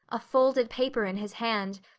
a folded paper in his hand,